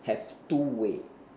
have two way